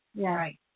Right